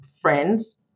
friends